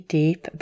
deep